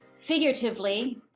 figuratively